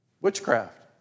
witchcraft